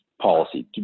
policy